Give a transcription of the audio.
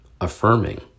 affirming